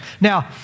Now